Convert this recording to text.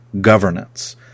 governance